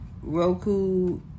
Roku